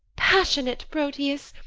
passionate proteus,